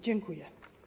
Dziękuję.